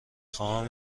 خواهم